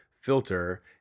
filter